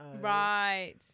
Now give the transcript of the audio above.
Right